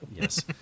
Yes